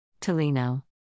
Tolino